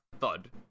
thud